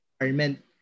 environment